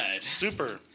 Super